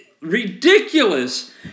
ridiculous